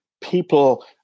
people